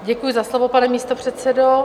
Děkuji za slovo, pane místopředsedo.